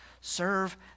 Serve